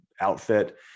outfit